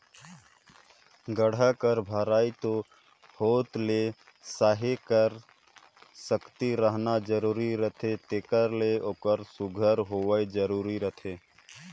गाड़ा कर भरई होत ले सहे कर सकती रहना जरूरी रहथे तेकर ले ओकर सुग्घर होवई जरूरी रहथे